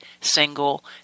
single